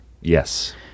Yes